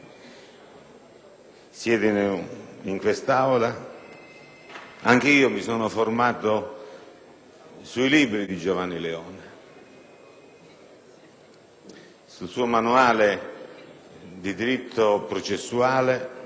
siedono in quest'Aula - mi sono formato sui libri di Giovanni Leone, sul suo manuale di diritto processuale,